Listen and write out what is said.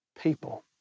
people